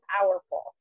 powerful